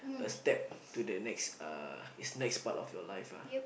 a step to the next uh is next part of your life ah